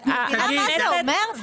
את מבינה מה זה אומר?